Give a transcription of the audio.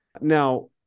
Now